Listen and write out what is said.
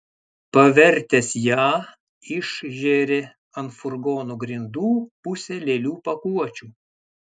pavertęs ją išžėrė ant furgono grindų pusę lėlių pakuočių